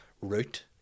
route